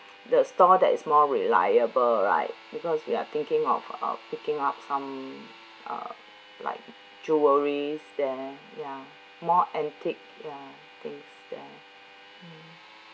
the store that is more reliable right because we are thinking of uh picking up some uh like jewelleries there ya more antique ya things there mm